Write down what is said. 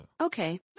Okay